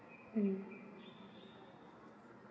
mm